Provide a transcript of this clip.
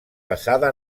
basada